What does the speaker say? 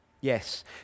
yes